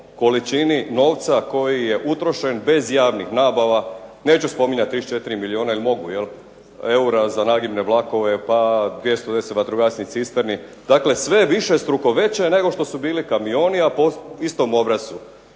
količini novca koji je utrošen bez javnih nabava, neću spominjati tih 4 milijuna ili mogu jel' za nagibne vlakove pa 210 vatrogasnih cisterni. Dakle, sve je višestruko veće nego što su bili kamioni, a po istom obrascu.